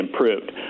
improved